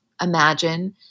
imagine